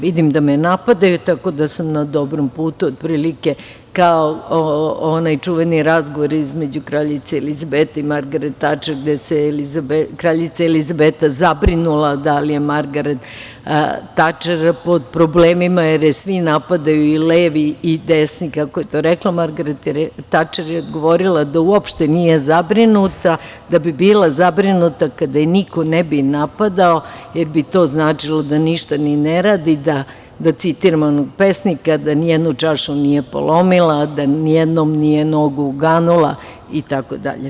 Vidim da me napadaju, tako da sam na dobrom putu, otprilike kao onaj čuveni razgovor između kraljice Elizabete i Margaret Tačer, gde se kraljica Elizabeta zabrinula da li je Margaret Tačer pod problemima, jer je svi napadaju, i levi i desni, a Margaret Tačer je odgovorila da uopšte nije zabrinuta, da bi bila zabrinuta kada je niko ne bi napadao, jer bi to značilo da ništa ni ne radi, da citiram onog pesnika - da nijednu čašu nije polomila, da nijednom nije nogu uganula, itd.